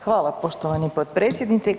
Hvala poštovani potpredsjedniče.